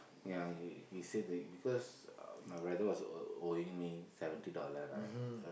ya he he said that because my brother was owe owing me seventy dollar right